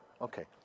Okay